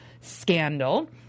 scandal